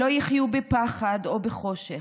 שלא יחיו בפחד או בחושך,